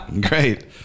Great